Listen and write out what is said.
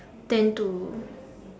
tend to